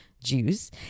Jews